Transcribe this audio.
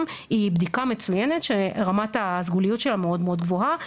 היא בדיקה מצוינת שרמת הסגוליות שלה מאוד מאוד גבוהה.